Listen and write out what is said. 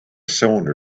cylinder